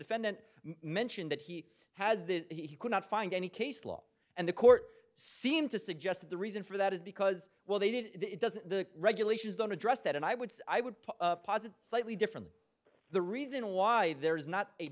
defendant mentioned that he has that he could not find any case law and the court seemed to suggest that the reason for that is because well they did it doesn't the regulations don't address that and i would i would posit slightly different the reason why there is not a